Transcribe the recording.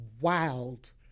wild